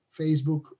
Facebook